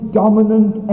dominant